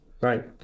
right